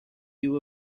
you